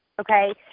okay